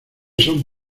son